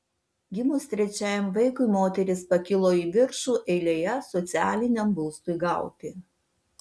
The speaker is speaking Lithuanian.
gimus trečiajam vaikui moteris pakilo į viršų eilėje socialiniam būstui gauti